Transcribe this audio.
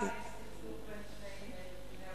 יש סכסוך בין שני המעסיקים,